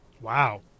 Wow